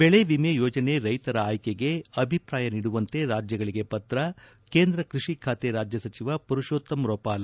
ಬೆಳೆ ವಿಮೆ ಯೋಜನೆ ರೈತರ ಆಯ್ಕೆಗೆ ಅಭಿಪ್ರಾಯ ನೀಡುವಂತೆ ರಾಜ್ಯಗಳಿಗೆ ಪತ್ರ ಕೇಂದ್ರ ಕೃಷಿ ಖಾತೆ ರಾಜ್ಯ ಸಚಿವ ಮರುಷೋತ್ತಮ ರೊಪಾಲ